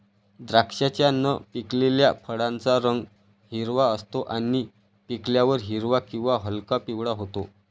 द्राक्षाच्या न पिकलेल्या फळाचा रंग हिरवा असतो आणि पिकल्यावर हिरवा किंवा हलका पिवळा होतो